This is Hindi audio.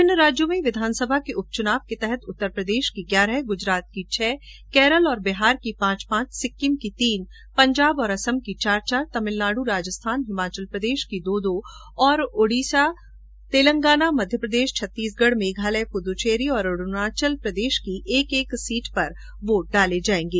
विभिन्न राज्यों में विधानसभा के उपचुनाव के तहत उत्तरप्रदेश की ग्यारह गुजरात की छह केरल और बिहार की पांच पांच सिक्किम की तीन पंजाब और असम की चार चार तमिलनाडु राजस्थान और हिमाचल प्रदेश की दो दो और ओडिशा तेलंगाना मध्यप्रदेश छत्तीसगढ़ मेघालय पुद्दचेरी और अरूणाचलप्रदेश की एक एक सीट पर वोट डाले जाएंगे